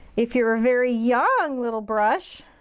if you're a very young little brush